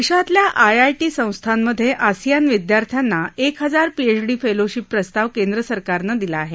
देशातल्या आयआयटी संस्थांमधे आसियान विद्यार्थ्यांना एक हजार पीएचडी फेलोशीप प्रस्ताव केंद्र सरकारनं दिला आहे